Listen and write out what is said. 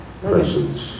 presence